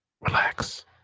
relax